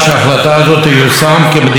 ובהתאם לכך לפעול.